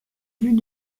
vue